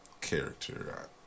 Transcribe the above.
character